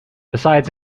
besides